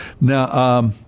Now